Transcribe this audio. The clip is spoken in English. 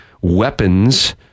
weapons